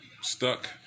Stuck